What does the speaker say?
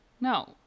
No